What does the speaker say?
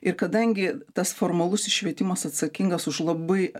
ir kadangi tas formalusis švietimas atsakingas už labai